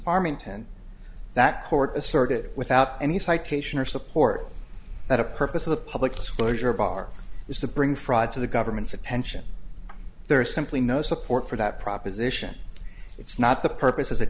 farmington that court asserted without any citation or support that a purpose of the public disclosure bar is to bring fraud to the government's attention there is simply no support for that proposition it's not the purpose